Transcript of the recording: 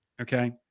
Okay